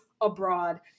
abroad